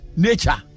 nature